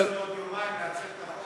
יש לנו עוד יומיים לעצב את החוק,